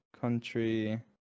Country